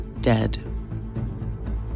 dead